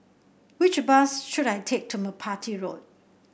which bus should I take to Merpati Road